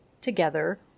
together